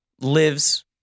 lives